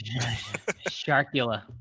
Sharkula